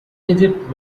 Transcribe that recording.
egypt